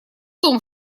том